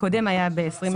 הקודם היה ב-2020,